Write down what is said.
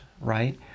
right